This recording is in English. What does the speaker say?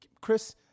Chris